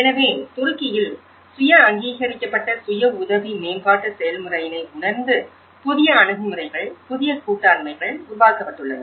எனவே துருக்கியில் சுய அங்கீகரிக்கப்பட்ட சுய உதவி மேம்பாட்டு செயல்முறையினை உணர்ந்து புதிய அணுகுமுறைகள் புதிய கூட்டாண்மைகள் உருவாக்கப்பட்டுள்ளன